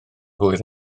hwyr